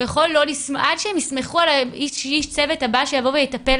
עד שהם יסמכו על איש צוות הבא שיבוא ויטפל